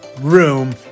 room